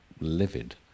livid